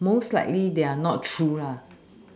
most likely they are not true lah